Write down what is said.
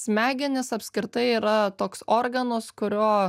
smegenys apskritai yra toks organas kurio